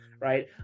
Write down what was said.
right